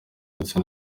ndetse